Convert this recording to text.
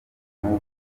n’ubwo